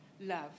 love